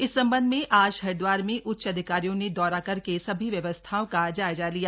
इस संबंध में आज हरिद्वार में उच्च अधिकारियों ने दौरा करके सभी व्यवस्थाओं का जायजा लिया